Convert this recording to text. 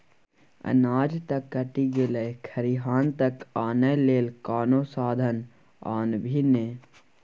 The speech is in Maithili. अनाज त कटि गेलै खरिहान तक आनय लेल कोनो साधन आनभी ने